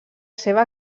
seva